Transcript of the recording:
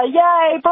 yay